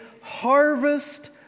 harvest